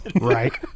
right